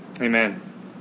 Amen